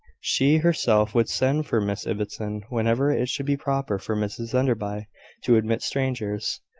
she herself would send for miss ibbotson whenever it should be proper for mrs enderby to admit strangers.